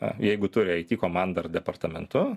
a jeigu turi it komandą ir departamentu